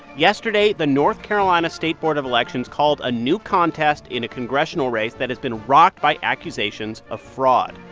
yesterday, the north carolina state board of elections called a new contest in a congressional race that has been rocked by accusations of fraud.